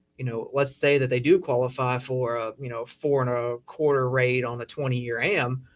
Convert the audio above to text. you know, let's say that they do qualify for a you know four and a quarter rate on the twenty year am.